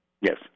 Yes